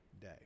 day